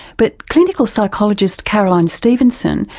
but clinical psychologist caroline stevenson,